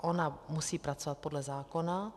Ona musí pracovat podle zákona.